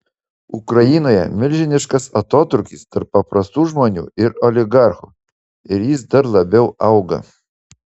ukrainoje milžiniškas atotrūkis tarp paprastų žmonių ir oligarchų ir jis dar labiau auga